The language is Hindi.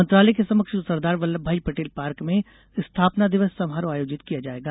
मंत्रालय के समक्ष सरदार वल्लभ भाई पटेल पार्क में स्थापना दिवस समारोह आयोजित किया जाएगा